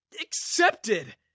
accepted